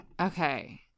Okay